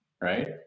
right